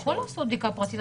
הוא יכול לעשות בדיקה פרטית.